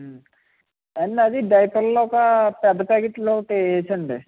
ఏండి అది డైపర్ లో ఒక పెద్ద ప్యాకెట్లు ఒకటి వేసేయండి